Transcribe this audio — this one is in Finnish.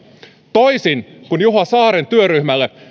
toisin kun juho saaren työryhmälle